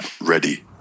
ready